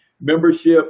membership